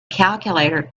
calculator